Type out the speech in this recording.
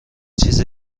چیز